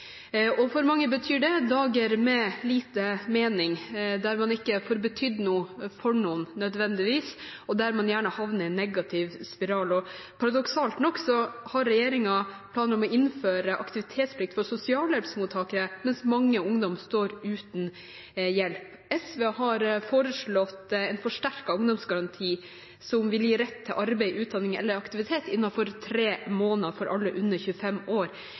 For mange betyr det dager med lite mening, der man ikke får betydd noe for noen nødvendigvis, og der man gjerne havner i en negativ spiral. Paradoksalt nok har regjeringen planer om å innføre aktivitetsplikt for sosialhjelpsmottakere, mens mange ungdommer står uten hjelp. SV har foreslått en forsterket ungdomsgaranti som vil gi rett til arbeid, utdanning eller aktivitet innenfor tre måneder for alle under 25 år.